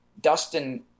Dustin